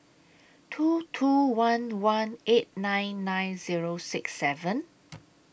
two two one one eight nine nine Zero six seven